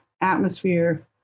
atmosphere